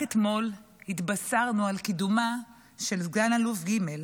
רק אתמול התבשרנו על קידומה של סגן אלוף ג',